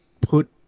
put